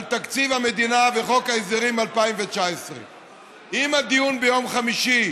על תקציב המדינה וחוק ההסדרים 2019. אם הדיון ביום חמישי,